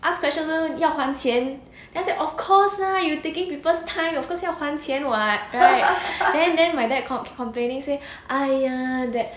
ask question 都要还钱 then I say of course lah you taking people's time of course 要还钱 [what] right then then my dad com~ complaining say !aiya! that